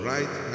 Right